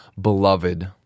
beloved